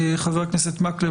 חבר הכנסת מקלב,